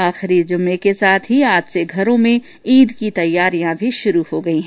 आखिरी जुम्मे के साथ ही आज से घरों में ईद की तैयारियां भी शुरू हो गई हैं